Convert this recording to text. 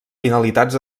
finalitats